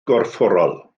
gorfforol